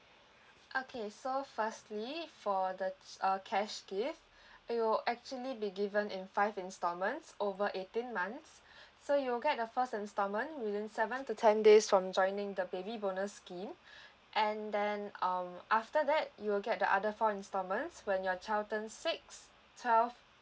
okay so firstly for the ch~ uh cash gift it will actually be given in five installments over eighteen months so you'll get a first installment within seven to ten days from joining the baby bonus scheme and then um after that you will get the other four installments when your child turns six twelve